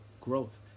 growth